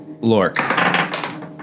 Lork